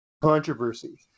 controversy